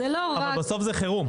אבל בסוף זה חירום.